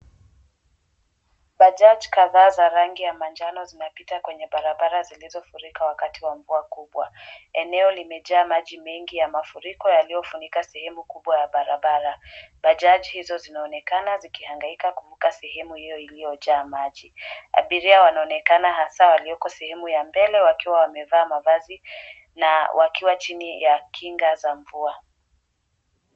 Bajaji kadhaa za rangi ya manjano zinapita kwenye barabara zilizofurika wakati wa mvua kubwa. Eneo limejaa maji mengi ya mafuriko yaliyofunika sehemu kubwa ya barabara. Bajaji hizo zinaonekana zikihangaika kuvuka sehemu hiyo iliyojaa maji. Abiria wanaonekana hasa walioko sehemu ya mbele wakiwa wamevaa mavazi, na wakiwa chini ya kinga za mvua.